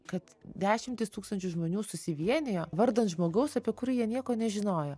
kad dešimtys tūkstančių žmonių susivienijo vardan žmogaus apie kurį jie nieko nežinojo